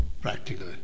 practically